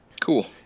Cool